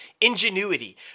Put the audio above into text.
ingenuity